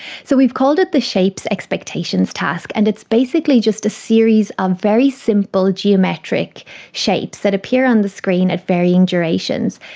so we've called it's the shapes expectations task and it's basically just a series of very simple geometric shapes that appear on the screen at varying durations,